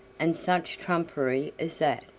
and such trumpery as that,